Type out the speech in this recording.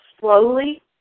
slowly